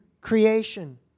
creation